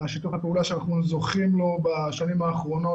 על שיתוף הפעולה שאנחנו זוכים לו בשנים האחרונות.